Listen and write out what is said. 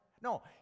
No